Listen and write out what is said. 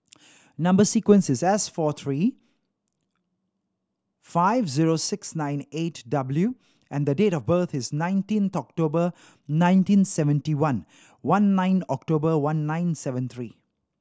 number sequence is S four three five zero six nine eight W and date of birth is nineteenth October nineteen seventy one one nine October one nine seven three